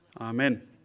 Amen